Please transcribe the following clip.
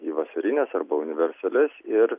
į vasarines arba universalias ir